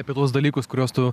apie tuos dalykus kuriuos tu